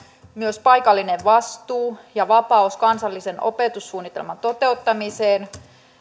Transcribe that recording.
myös paikallinen vastuu ja vapaus kansallisen opetussuunnitelman toteuttamiseen